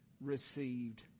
received